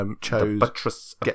chose